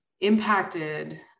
impacted